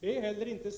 Det finns heller inte